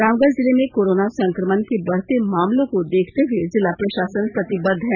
रामगढ़ जिले में कोरोना संक्रमण के बढ़ते मामलों को देखते हए जिला प्रशासन प्रतिबद्ध है